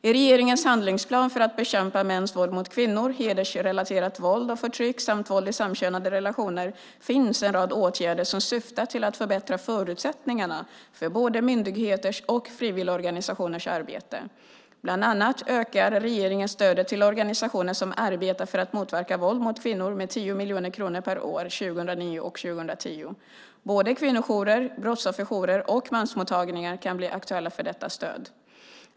I regeringens handlingsplan för att bekämpa mäns våld mot kvinnor, hedersrelaterat våld och förtryck samt våld i samkönade relationer finns en rad åtgärder som syftar till att förbättra förutsättningarna för både myndigheters och frivilligorganisationers arbete. Bland annat ökar regeringen stödet till organisationer som arbetar för att motverka våld mot kvinnor med 10 miljoner kronor per år 2009 och 2010. Både kvinnojourer, brottsofferjourer och mansmottagningar kan bli aktuella för detta stöd.